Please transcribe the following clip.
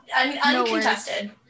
uncontested